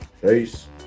Peace